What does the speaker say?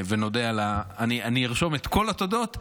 אני ארשום את כל התודות בסוף,